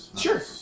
Sure